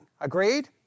Agreed